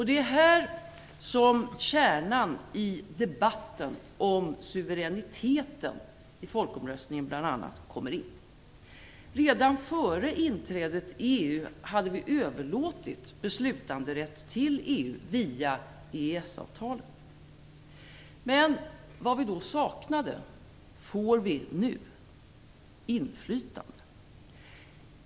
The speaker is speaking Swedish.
Det är här som kärnan i debatten om suveräniteten i folkomröstningen kommer in. Redan före inträdet i EU hade vi överlåtit beslutanderätt till EU via EES avtalet. Men vad vi då saknade får vi nu, nämligen inflytande.